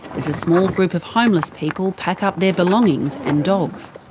as a small group of homeless people pack up their belongings and dogs.